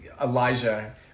elijah